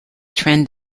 trend